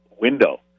window